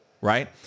right